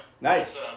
Nice